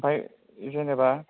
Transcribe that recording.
आमफ्राय जेनेबा